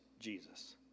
Jesus